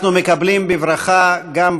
אנחנו מקבלים בברכה גם,